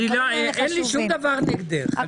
אין לי שום דבר נגדך.